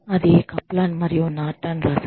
అది కప్లాన్ మరియు నార్టన్ రాశారు